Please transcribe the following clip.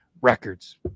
records